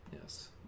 yes